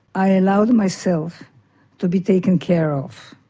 i allowed myself to be taken care of.